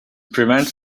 prevent